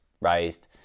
raised